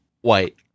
white